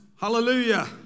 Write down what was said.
Hallelujah